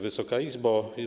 Wysoka Izbo!